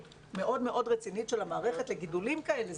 מאוד מאוד רצינית של המערכת לגידולים כאלה,